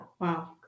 Wow